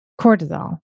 cortisol